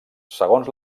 segons